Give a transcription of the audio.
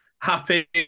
Happy